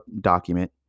document